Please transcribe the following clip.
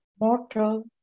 mortal